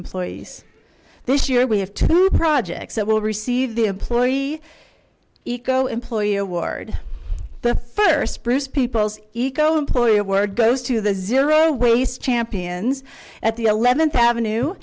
employees this year we have two projects that will receive the employee eco employee award the first bruce peoples eco employee of work goes to the zero waste champions at the eleventh avenue